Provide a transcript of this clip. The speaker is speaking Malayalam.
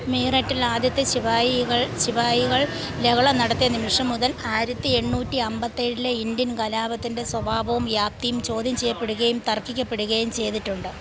മീററ്റിൽ ആദ്യത്തെ ശിപായികള് ശിപായികൾ ലഹള നടത്തിയ നിമിഷം മുതൽ ആയിരത്തി എണ്ണൂറ്റി അമ്പത്തിയേഴിലെ ഇന്ത്യൻ കലാപത്തിന്റെ സ്വഭാവവും വ്യാപ്തിയും ചോദ്യം ചെയ്യപ്പെടുകയും തര്ക്കിക്കപ്പെടുകയും ചെയ്തിട്ടുണ്ട്